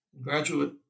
graduate